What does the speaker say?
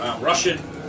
Russian